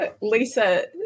Lisa